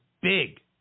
big